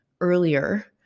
earlier